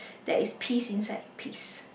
there is peas inside peas